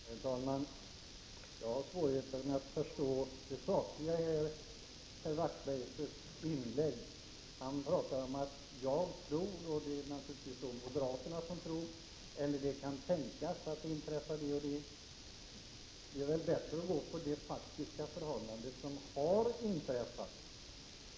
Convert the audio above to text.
Herr talman! Jag har svårigheter att förstå det sakliga i herr Wachtmeisters inlägg. Han säger ”jag tror” — det är då naturligtvis moderaterna som tror — och att ”det kan tänkas” att det och det inträffar. Det är väl bättre att tala om det som faktiskt har inträffat.